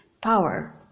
power